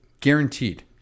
guaranteed